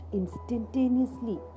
instantaneously